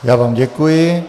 Já vám děkuji.